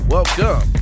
Welcome